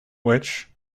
witch